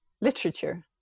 literature